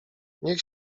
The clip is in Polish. niech